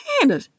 Hannah